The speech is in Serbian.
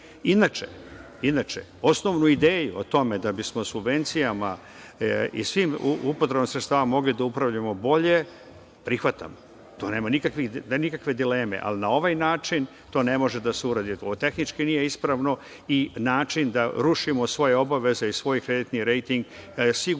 osnovnu ideju o tome da bismo subvencijama i svim upotrebama sredstava mogli da upravljamo bolje, prihvatam. Tu nema nikakve dileme, ali na ovaj način to ne može da se uradi. Tehnički nije ispravno i način da rušimo svoje obaveze i svoj kreditni rejting sigurno